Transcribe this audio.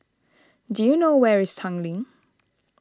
do you know where is Tanglin